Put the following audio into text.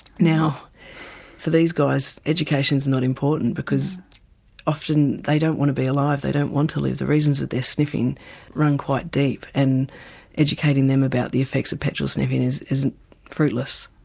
now for these guys education's not important because often they don't want to be alive, they don't want to live, the reasons that they're sniffing run quite deep and educating them about the effects of petrol sniffing is fruitless.